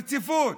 ברציפות.